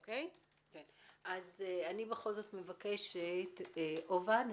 אני בכל זאת מבקשת, עובד,